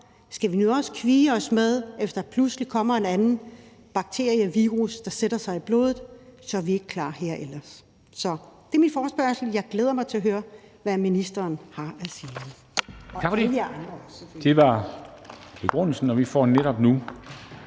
Skal vi nu også døje med, at der pludselig kommer en anden bakterie eller virus, der sætter sig i blodet, og som vi ikke er klar til? Så det er min begrundelse for forespørgslen. Jeg glæder mig til at høre, hvad ministeren har at sige